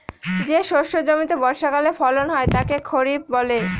যে শস্য জমিতে বর্ষাকালে ফলন হয় তাকে খরিফ বলে